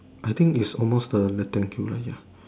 I think is almost the rectangular ya